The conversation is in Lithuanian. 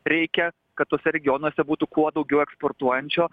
reikia kad tuose regionuose būtų kuo daugiau eksportuojančio